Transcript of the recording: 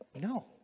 no